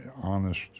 honest